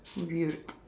so weird